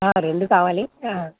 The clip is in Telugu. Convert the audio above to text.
రెండు కావాలి